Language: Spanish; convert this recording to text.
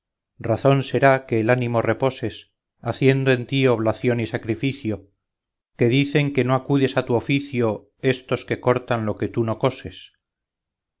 razón será que el ánimo reposes haciendo en ti oblación y sacrificio que dicen que no acudes a tu oficio estos que cortan lo que tú no coses